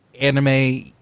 anime